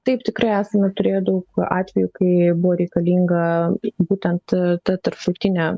taip tikrai esame turėję daug atvejų kai buvo reikalinga būtent ta tarptautinė